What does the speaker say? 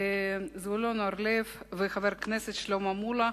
זבולון אורלב וחבר הכנסת שלמה מולה,